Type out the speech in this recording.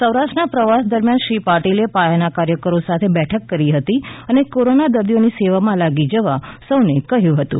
સૌરાષ્ટ્ર પ્રવાસ દરમ્યાન શ્રી પાટિલે પાયાના કાર્યકરો સાથે બેઠક કરી હતી અને કોરોના દર્દીઓની સેવામાં લાગી જવા સૌને કહ્યું હતું